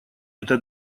это